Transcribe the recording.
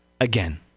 again